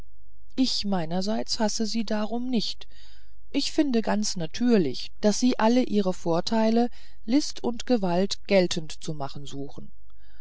ich meinerseits hasse sie darum nicht ich finde ganz natürlich daß sie alle ihre vorteile list und gewalt geltend zu machen suchen